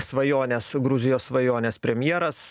svajonės gruzijos svajonės premjeras